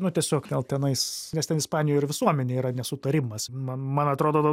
nu tiesiog gal tenais nes ten ispanijoj ir visuomenėj yra nesutarimas man man atrodo